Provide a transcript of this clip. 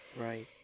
Right